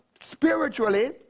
spiritually